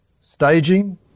staging